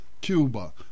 Cuba